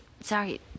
sorry